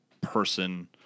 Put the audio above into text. person